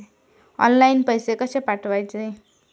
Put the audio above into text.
Online पैसे कशे पाठवचे?